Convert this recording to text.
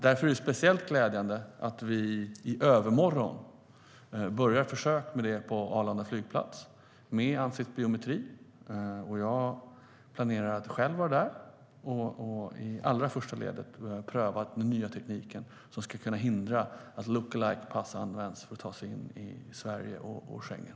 Därför är det speciellt glädjande att vi i övermorgon påbörjar ett försök med ansiktsbiometri på Arlanda flygplats. Jag planerar att vara där och vara först i ledet att pröva den nya tekniken som ska förhindra lookalike-användning av pass för att ta sig in i Sverige och Schengen.